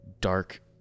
dark